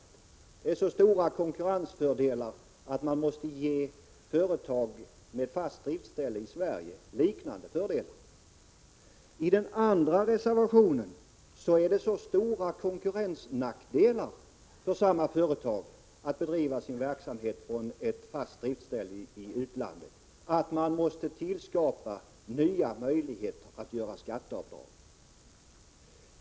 Det rör sig om så stora konkurrensfördelar att man måste ge företag med fast driftsställe i Sverige liknande fördelar. Enligt den andra reservationen medför det så stora konkurrensnackdelar för samma företag att bedriva sin verksamhet från ett fast driftsställe i utlandet att man måste tillskapa nya möjligheter att göra skatteavdrag.